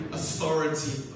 authority